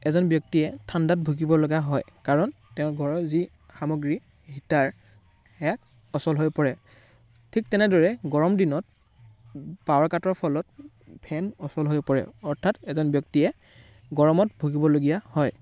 এজন ব্যক্তিয়ে ঠাণ্ডাত ভুগিবলগীয়া হয় কাৰণ তেওঁৰ ঘৰৰ যি সামগ্ৰী হিটাৰ সেইয়া অচল হৈ পৰে ঠিক তেনেদৰে গৰম দিনত পাৱাৰ কাটৰ ফলত ফেন অচল হৈ পৰে অৰ্থাৎ এজন ব্যক্তিয়ে গৰমত ভুগিবলগীয়া হয়